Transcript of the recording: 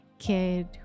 kid